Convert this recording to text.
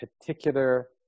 particular